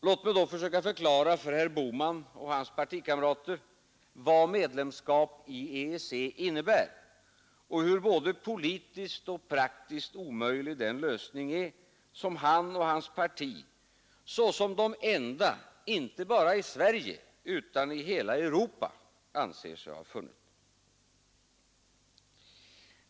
Låt mig då försöka förklara för herr Bohman och hans partikamrater vad medlemskap i EEC innebär och hur både politiskt och praktiskt omöjlig den lösning är som han och hans parti såsom de enda, inte bara i Sverige utan i hela Europa, anser sig ha funnit.